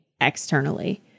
externally